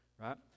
right